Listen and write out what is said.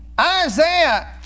Isaiah